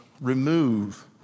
remove